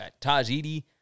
Tajidi